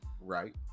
right